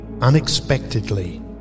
unexpectedly